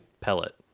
pellet